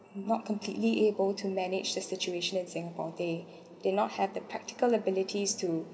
not completely able to manage the situation in singapore they did not have the practical abilities to